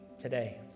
today